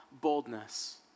boldness